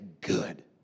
good